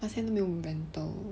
他现在都没有 rental